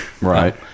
Right